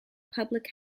public